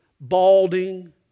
balding